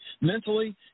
mentally